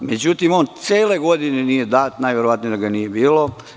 Međutim, on cele godine nije dat, najverovatnije da ga nije bilo.